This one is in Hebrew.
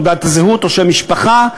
תעודת הזהות או שם משפחה,